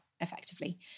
effectively